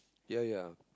ya ya